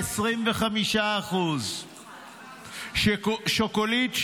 25%; שוקולית,